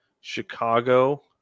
Chicago